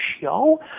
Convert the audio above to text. show